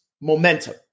momentum